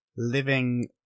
living